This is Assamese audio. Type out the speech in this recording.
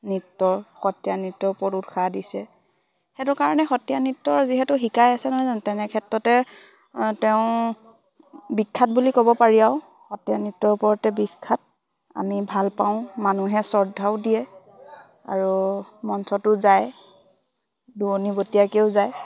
নৃত্য সত্ৰীয়া নৃত্যৰ ওপৰত উৎসাহ দিছে সেইটো কাৰণে সতীয়া নৃত্যৰ যিহেতু শিকাই আছে নহয় যেন তেনে ক্ষেত্ৰতে তেওঁ বিখ্যাত বুলি ক'ব পাৰি আও সতীয়া নৃত্যৰ ওপৰতে বিখ্যাত আমি ভাল পাওঁ মানুহে শ্ৰদ্ধাও দিয়ে আৰু মঞ্চটোো যায় দোৱনী বতীয়াকেও যায়